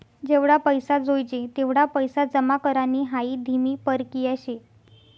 जेवढा पैसा जोयजे तेवढा पैसा जमा करानी हाई धीमी परकिया शे